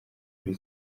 kuri